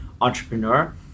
entrepreneur